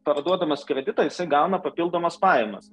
parduodamas kreditais įgauna papildomas pajamas